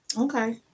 Okay